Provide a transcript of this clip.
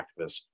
activists